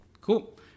Cool